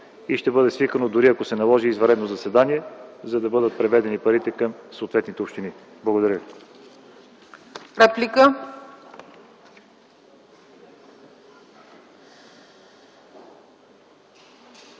ще бъде свикано извънредно заседание, за да бъдат преведени парите към съответните общини. Благодаря.